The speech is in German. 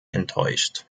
enttäuscht